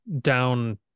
down